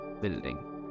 building